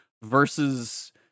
versus